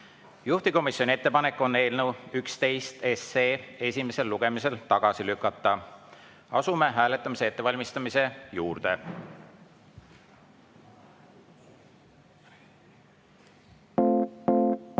Juhtivkomisjoni ettepanek on eelnõu 11 esimesel lugemisel tagasi lükata. Asume hääletamise ettevalmistamise juurde.